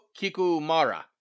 Kikumara